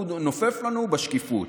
הוא נופף לנו בשקיפות.